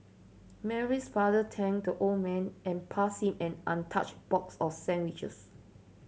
Mary's father thanked the old man and passed him an untouched box of sandwiches